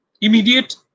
immediate